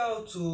ya